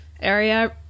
area